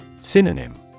Synonym